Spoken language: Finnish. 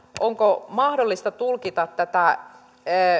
onko mahdollista tulkita tätä